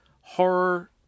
horror